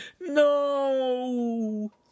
No